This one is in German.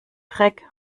dreck